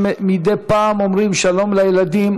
שמדי פעם אומרים שלום לילדים,